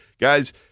guys